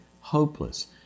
hopeless